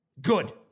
Good